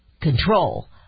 control